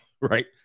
right